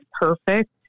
perfect